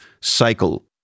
cycle